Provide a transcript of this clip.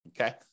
Okay